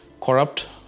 corrupt